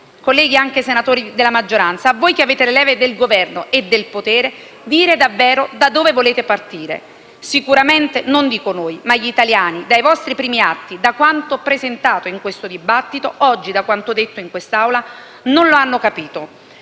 colleghi senatori anche della maggioranza, a voi che avete le leve del governo e del potere, dire davvero da dove volete partire. Sicuramente non dico noi, ma gli italiani, dai vostri primi atti, da quanto presentato in questo dibattito oggi, da quanto detto in quest'Aula, non lo hanno capito.